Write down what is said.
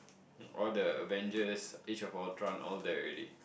all the Avengers Age of Ultron all there already